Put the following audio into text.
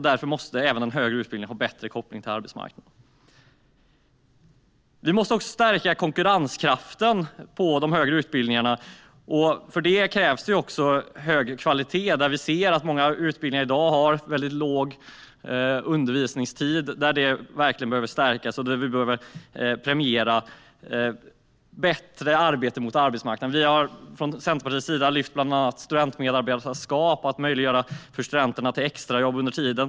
Därför måste även den högre utbildningen ha bättre koppling till arbetsmarknaden. Konkurrenskraften på de högre utbildningarna måste också stärkas. Då krävs det också högre kvalitet. Många utbildningar i dag har väldigt liten undervisningstid. Man bör premiera bättre arbete mot arbetsmarknaden. Vi från Centerpartiet har lyft bland annat studentmedarbetarskap, att möjliggöra för studenter att ta extrajobb under studietiden.